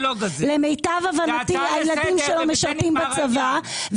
ולמיטב הבנתי הילדים שלו משרתים בצבא.